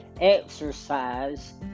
exercise